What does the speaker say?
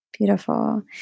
Beautiful